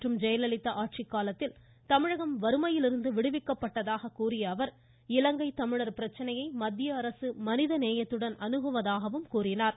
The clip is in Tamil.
மற்றும் ஜெயலலிதா ஆட்சிக்காலத்தில் தமிழகம் வறுமையிலிருந்து விடுவிக்கப்பட்டதாக கூறிய அவர் இலங்கை தமிழர் பிரச்சனையை மத்திய அரசு மனிதநேயத்துடன் அணுகுவதாகவும் கூறினார்